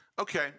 Okay